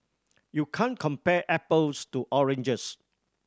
you can't compare apples to oranges